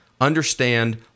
understand